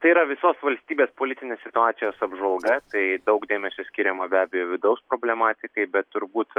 tai yra visos valstybės politinės situacijos apžvalga tai daug dėmesio skiriama be abejo vidaus problematikai bet turbūt